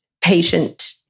patient